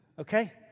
Okay